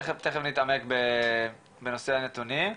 תיכף נתעמק בנושא הנתונים.